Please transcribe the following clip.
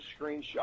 screenshot